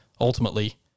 Ultimately